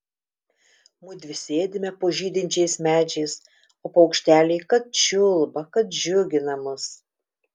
mudvi sėdime po žydinčiais medžiais o paukšteliai kad čiulba kad džiugina mus